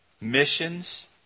Missions